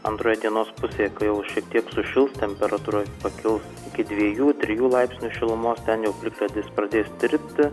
antroje dienos pusėje kai jau šiek tiek sušils temperatūra pakils iki dviejų trijų laipsnių šilumos ten jau plikledis pradės tirpti